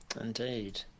Indeed